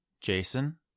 Jason